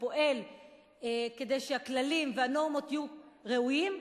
שפועל כדי שהכללים והנורמות יהיו ראויים,